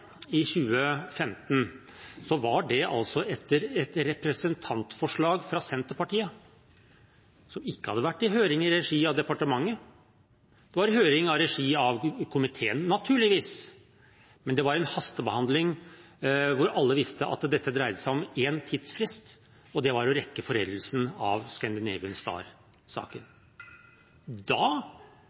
i 2015, var det etter et representantforslag fra Senterpartiet, et forslag som ikke hadde vært i høring i regi av departementet. Det var i høring i regi av komiteen, naturligvis, men det var en hastebehandling, hvor alle visste at dette dreide seg om én tidsfrist, og det var å rekke foreldelsesfristen for Scandinavian Star-saken. Da